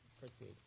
proceed